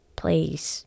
please